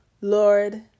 Lord